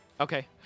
Okay